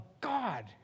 God